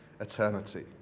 eternity